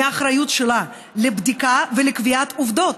מהאחריות שלה לבדיקה ולקביעת עובדות,